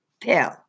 pill